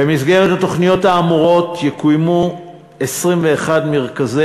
"במסגרת התוכניות האמורות יקוימו 21 מרכזי